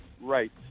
Right